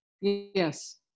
Yes